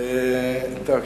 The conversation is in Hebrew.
טוב.